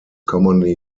commonly